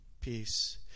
peace